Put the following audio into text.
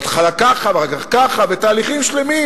בהתחלה ככה ואחר כך ככה, ותהליכים שלמים.